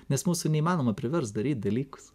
nes mūsų neįmanoma priverst daryt dalykus